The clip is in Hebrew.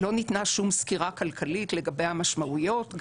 כל סקירה כלכלית לגבי המשמעויות,